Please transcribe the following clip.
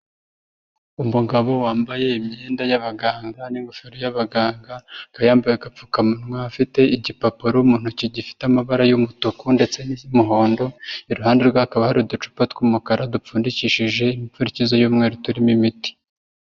Umugabo wambaye imyenda y'abaganga n'ingofero y'abaganga, akaba yambaye agapfukamunwa afite igipapuro mu ntoki gifite amabara y'umutuku ndetse n'iz'umuhondo, iruhande rwe hakaba hari uducupa tw'umukara dupfundikishije imifundikizo y'umweru turimo imiti.